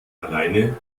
alleine